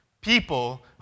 People